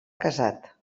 casat